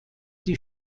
die